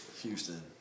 Houston